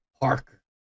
parker